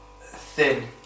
thin